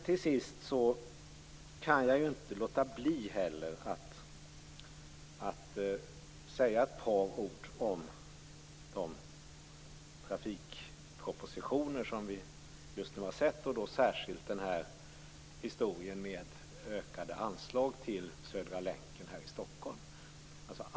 Till sist kan jag inte låta bli att säga ett par ord om de trafikpropositioner som vi sett, särskilt historien med ökade anslag till Södra länken i Stockholm.